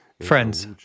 Friends